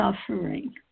suffering